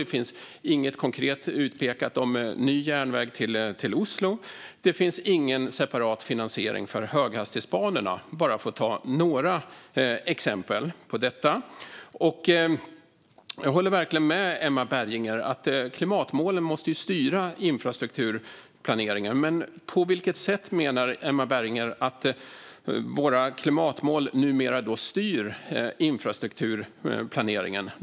Det finns inget konkret utpekat om ny järnväg till Oslo, och det finns heller ingen separat finansiering för höghastighetsbanorna, för att bara ta några exempel. Jag håller verkligen med Emma Berginger om att klimatmålen måste styra infrastrukturplaneringen. Men på vilket sätt menar Emma Berginger att våra klimatmål numera styr infrastrukturplaneringen?